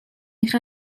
eich